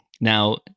Now